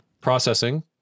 processing